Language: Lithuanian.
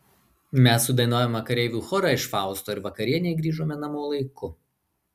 mes sudainavome kareivių chorą iš fausto ir vakarienei grįžome namo laiku